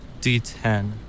D10